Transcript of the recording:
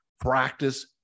Practice